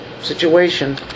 situation